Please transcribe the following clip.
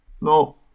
No